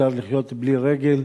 אפשר לחיות בלי רגל,